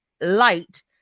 light